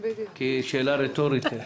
כי זו שאלה רטורית.